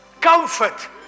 comfort